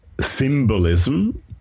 symbolism